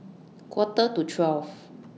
Quarter to twelve